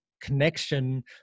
connection